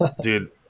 Dude